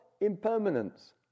impermanence